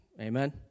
amen